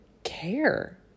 care